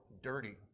dirty